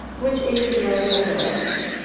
which is your total revenue.